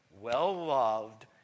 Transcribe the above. well-loved